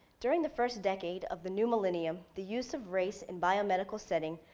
during the first decade of the new millennium, the use of race in biomedical setting,